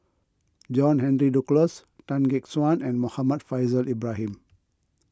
John Henry Duclos Tan Gek Suan and Muhammad Faishal Ibrahim